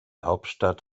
hauptstadt